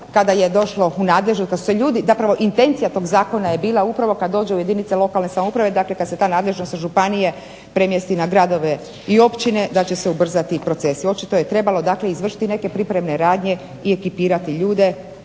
kada je došlo u nadležnost da su se ljudi zapravo intencija tog zakona je bila upravo kad dođe u jedinice lokalne samouprave, dakle kad se ta nadležnost županije premjesti na gradove i općine da će se ubrzati procese. Očito je trebalo dakle izvršiti i neke pripremne radnje i ekipirati ljude,